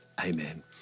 Amen